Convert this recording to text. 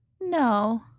no